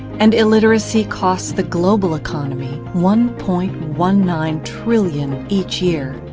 and illiteracy cost the global economy one point one nine trillion each year.